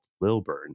Lilburn